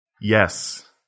Yes